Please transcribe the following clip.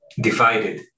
divided